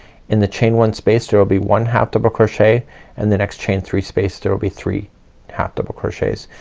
in the chain one space there will be one half double crochet and the next chain three space there will be three half double crochets.